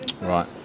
right